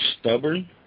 stubborn